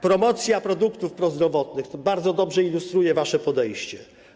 Promocja produktów prozdrowotnych bardzo dobrze ilustruje wasze podejście.